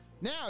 Now